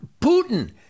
Putin